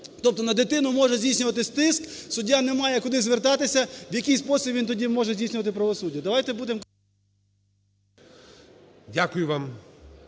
тобто на дитину може здійснюватися тиск, суддя не має куди звертатися. В який спосіб він тоді може здійснювати правосуддя?